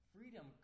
Freedom